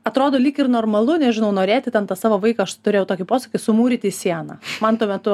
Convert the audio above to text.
atrodo lyg ir normalu nežinau norėti ten tą savo vaiką aš turėjau tokį posakį sumūryti sieną man tuo metu